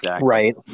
Right